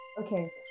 okay